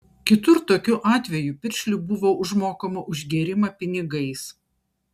kitur tokiu atveju piršliui buvo užmokama už gėrimą pinigais